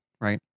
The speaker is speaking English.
right